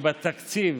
שבתקציב